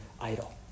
idol